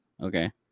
okay